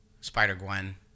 Spider-Gwen